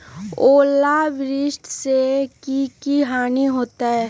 ओलावृष्टि से की की हानि होतै?